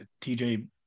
TJ